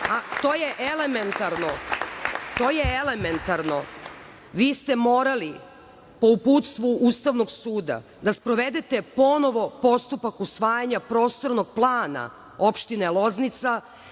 To je elementarno. Vi ste morali, po uputstvu Ustavnog suda, da sprovede ponovo postupak usvajanja Prostornog plana opštine Loznica,